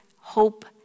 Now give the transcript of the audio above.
hope